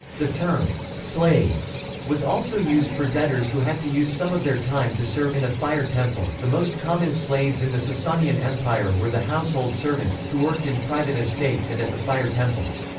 the term slave was also used for debtors who had to use some of their time to serve in a fire-temple the most common slaves in the sasanian empire were the household servants, who worked in private estates and at the fire-temples.